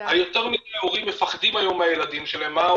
יותר מזה ההורים היום מפחדים מהילדים שלהם,